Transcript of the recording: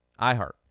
iHeart